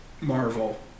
Marvel